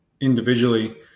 individually